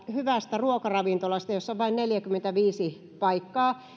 hyvästä ruokaravintolasta jossa on vain neljäkymmentäviisi paikkaa myös kyllä